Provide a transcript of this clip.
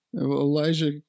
Elijah